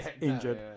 injured